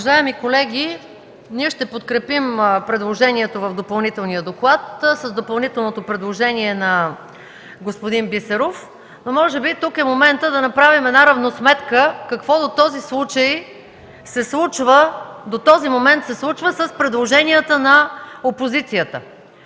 Уважаеми колеги, ние ще подкрепим предложението в Допълнителния доклад с допълнителното предложение на господин Бисеров, но може би тук е моментът да направим една равносметка какво до този момент се случва с предложенията на опозицията.